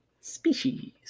Species